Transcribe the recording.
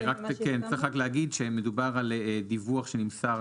צריך רק להגיד שמדובר על דיווח שנמסר,